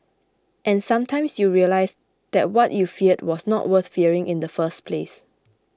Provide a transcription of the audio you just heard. and sometimes you realise that what you feared was not worth fearing in the first place